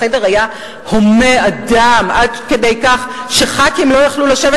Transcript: החדר היה הומה אדם עד כדי כך שחברי כנסת לא יכלו לשבת